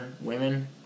Women